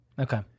Okay